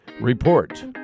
Report